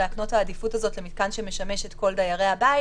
להקנות את העדיפות הזאת למתקן שמשמש את כל דיירי הבית.